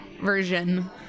version